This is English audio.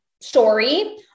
story